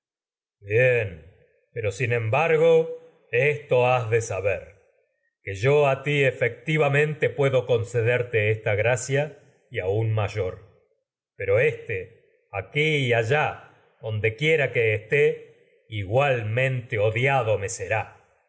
bien sin embargo esto has de que yo a ti efectivamente puedo concederte esta aquí me y gracia ra y aiin mayor pero éste allá dondequie que lo esté igualmente odiado quieras quien no será